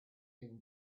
thin